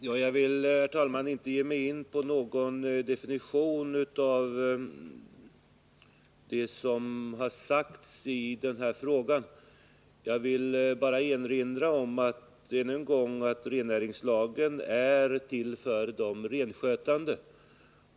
Herr talman! Jag vill inte ge mig in i någon analys av det som har sagts i den här frågan, utan jag vill bara ännu en gång erinra om att rennäringslagen är till för de renskötande.